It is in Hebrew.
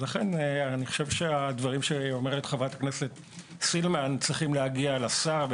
לכן אני חושב שהדברים שאומרת חברת הכנסת סילמן צריכים להגיע לשר,